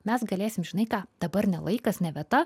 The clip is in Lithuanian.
mes galėsim žinai ką dabar ne laikas ne vieta